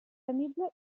temible